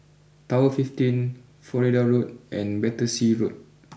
Tower fifteen Florida Road and Battersea Road